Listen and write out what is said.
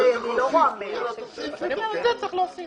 את זה צריך להוסיף.